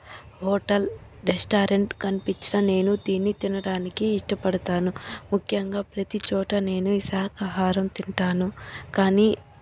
hotel restaurant కనిపించిన తిని తినడానికి ఇష్టపడతాను ముఖ్యంగా ప్రతి చోటా నేను ఈ శాకాహారం తింటాను కానీ